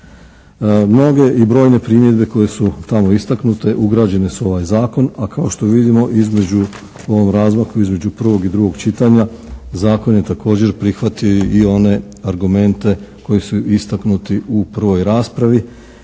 Mnoge i brojne primjedbe koje su tamo istaknute ugrađene su u ovaj Zakon, a kao što vidimo između, u ovom razmaku između prvog i drugog čitanja, Zakon je također prihvatio i one argumente koji su istaknuti u prvoj raspravi.